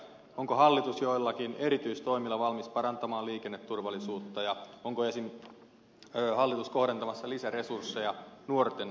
onko hallitus joillakin erityistoimilla valmis parantamaan liikenneturvallisuutta ja onko hallitus esimerkiksi kohdentamassa lisäresursseja nuorten liikennevalistukseen